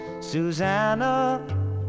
susanna